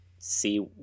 See